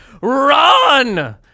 RUN